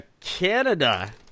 Canada